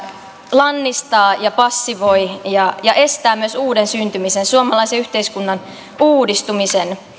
lannistaa passivoi ja ja estää myös uuden syntymisen suomalaisen yhteiskunnan uudistumisen